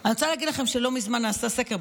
אני רוצה להגיד לכם שלא מזמן נעשה סקר,